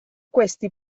questi